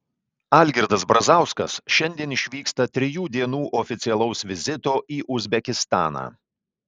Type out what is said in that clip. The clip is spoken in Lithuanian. algirdas brazauskas šiandien išvyksta trijų dienų oficialaus vizito į uzbekistaną